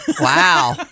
Wow